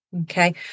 Okay